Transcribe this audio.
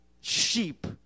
sheep